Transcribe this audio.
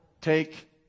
Take